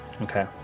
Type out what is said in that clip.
Okay